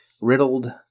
Riddled